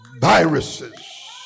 viruses